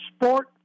sport